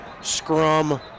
scrum